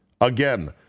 Again